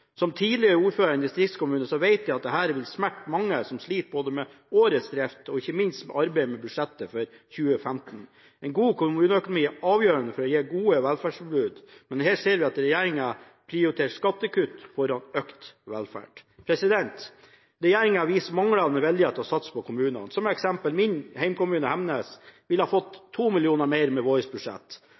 Som tidligere ordfører i en distriktskommune vet jeg at dette vil smerte mange som sliter med årets drift og ikke minst arbeidet med budsjettet for 2015. En god kommuneøkonomi er avgjørende for å gi gode velferdstilbud, men her ser vi at regjeringen prioriterer skattekutt framfor økt velferd. Regjeringen viser manglende vilje til å satse på kommunene. For eksempel ville min hjemkommune, Hemnes, fått 2 mill. kr mer med vårt budsjett.